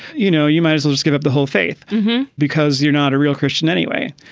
you know, you might as well just give up the whole faith because you're not a real christian anyway.